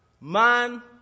man